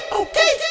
okay